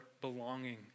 belonging